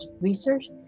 research